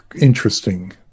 interesting